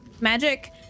magic